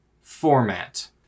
format